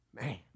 Man